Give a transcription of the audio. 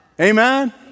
Amen